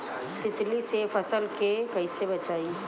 तितली से फसल के कइसे बचाई?